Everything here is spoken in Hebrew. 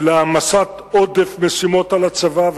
של העמסת עודף משימות על הצבא,